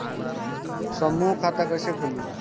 समूह खाता कैसे खुली?